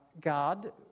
god